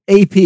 AP